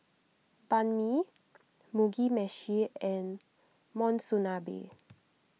Banh Mi Mugi Meshi and Monsunabe